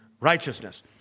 righteousness